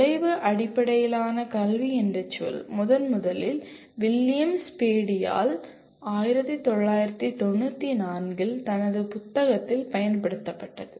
விளைவு அடிப்படையிலான கல்வி என்ற சொல் முதன்முதலில் வில்லியம் ஸ்பேடியால் 1994 இல் தனது புத்தகத்தில் பயன்படுத்தப்பட்டது